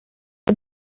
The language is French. aux